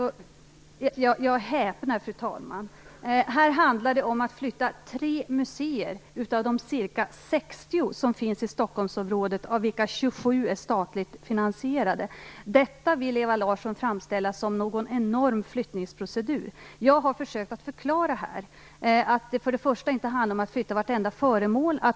Fru talman! Jag häpnar! Här handlar det om att flytta 3 av de ca 60 museer som finns i Stockholmsområdet, av vilka 27 är statligt finansierade. Detta vill Ewa Larsson framställa som en enorm flyttningsprocedur. Jag har försökt att förklara att det inte handlar om att flytta vartenda föremål.